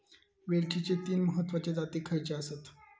वेलचीचे तीन महत्वाचे जाती खयचे आसत?